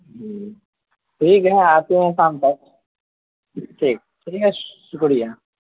ہوں ٹھیک ہے نا آتے ہیں شام تک ٹھیک چلیے شکریہ